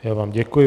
Já vám děkuji.